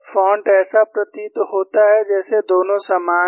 font ऐसा प्रतीत होता है जैसे दोनों समान हैं